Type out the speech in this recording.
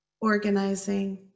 organizing